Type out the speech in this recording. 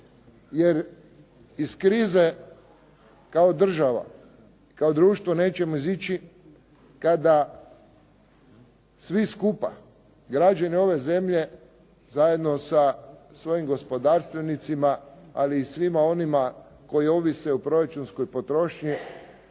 Jer iz krize kao država, kao društvo nećemo izići kada svi skupa, građani ovdje zemlje, zajedno sa svojim gospodarstvenicima ali i svima onima koji ovise o proračunskoj potrošnji